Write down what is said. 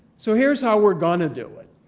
so here's how we're going to do it.